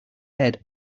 head